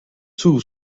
two